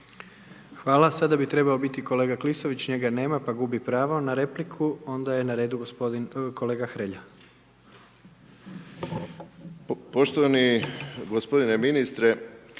Hvala. Sada bi trebao biti kolega Klisović, njega nema pa gubi pravo na repliku. Onda je na redu gospodin, kolega Hrelja.